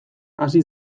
hasi